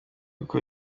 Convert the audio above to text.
uko